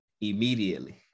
immediately